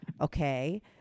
okay